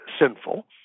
sinful